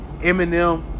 Eminem